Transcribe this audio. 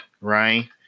right